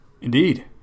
Indeed